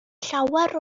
llawer